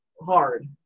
hard